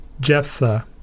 Jephthah